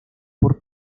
por